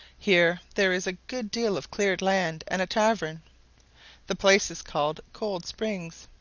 here there is a good deal of cleared land and a tavern the place is called cold springs.